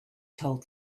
told